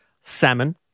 Salmon